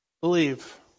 Believe